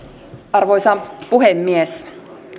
arvoisa puhemies